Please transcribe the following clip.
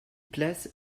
place